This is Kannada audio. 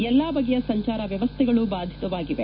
ಎಲ್ಲಾ ಬಗೆಯ ಸಂಚಾರ ವ್ಯವಸ್ಥೆಗಳು ಬಾಧಿತವಾಗಿವೆ